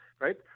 right